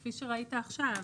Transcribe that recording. כפי שראית עכשיו.